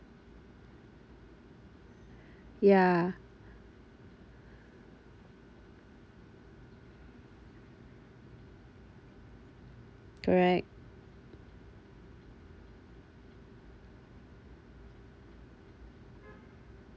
ya correct